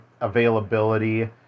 availability